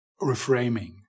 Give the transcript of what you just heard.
reframing